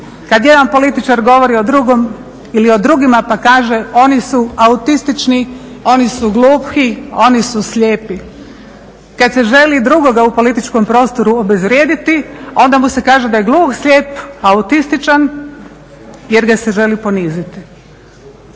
kad jedan političar govori o drugom ili drugima pa kaže oni su autistični, oni su gluhi, oni su slijepi. Kad se želi drugoga u političkom prostoru obezvrijediti onda mu se kaže da je gluh, slijep, autističan jer ga se želi poniziti,